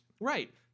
Right